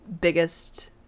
biggest